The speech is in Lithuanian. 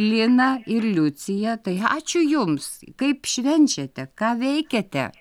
lina ir liucija tai ačiū jums kaip švenčiate ką veikiate